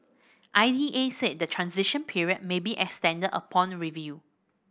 I E A said the transition period may be extended upon review